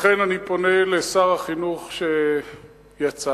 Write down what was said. לכן אני פונה לשר החינוך, שיצא,